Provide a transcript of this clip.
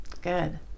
good